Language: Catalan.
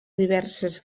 diverses